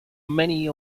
many